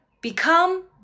become